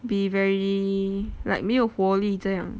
be very like 没有活力这样